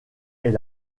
est